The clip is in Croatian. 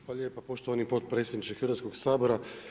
Hvala lijepa poštovani potpredsjedniče Hrvatskog sabora.